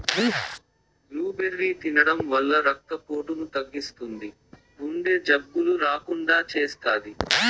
blueberry తినడం వల్ల రక్త పోటును తగ్గిస్తుంది, గుండె జబ్బులు రాకుండా చేస్తాది